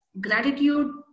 gratitude